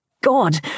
God